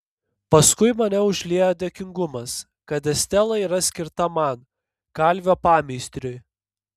paskui mane užliejo dėkingumas kad estela yra skirta man kalvio pameistriui